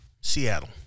Seattle